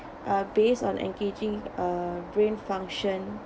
are based on engaging uh brain function